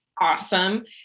awesome